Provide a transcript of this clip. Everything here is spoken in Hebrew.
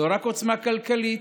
לא רק עוצמה כלכלית,